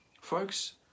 Folks